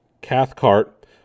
Cathcart